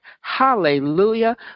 Hallelujah